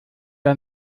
ihr